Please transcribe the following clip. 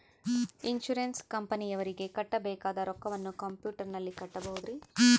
Insurance ಕಂಪನಿಯವರಿಗೆ ಕಟ್ಟಬೇಕಾದ ರೊಕ್ಕವನ್ನು ಕಂಪ್ಯೂಟರನಲ್ಲಿ ಕಟ್ಟಬಹುದ್ರಿ?